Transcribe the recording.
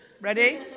Ready